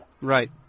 Right